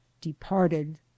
departed